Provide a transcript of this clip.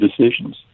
decisions